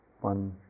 One